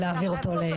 להעביר אותו.